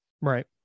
right